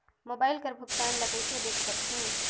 Mobile कर भुगतान ला कइसे देख सकहुं?